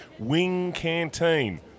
wingcanteen